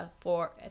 for-